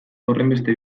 horrenbeste